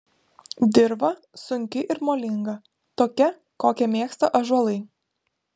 dirva sunki ir molinga tokia kokią mėgsta ąžuolai